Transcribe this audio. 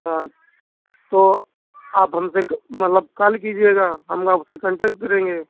हाँ तो आप हमसे मतलब कॉल कीजिएगा हम आपसे कांटेक्ट करेंगे